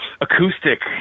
acoustic